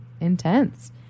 intense